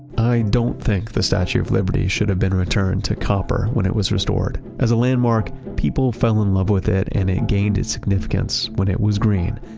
i don't think the statue of liberty should have been returned to copper when it was restored. as a landmark, people fell in love with it, and it gained its significance when it was green.